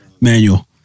Manual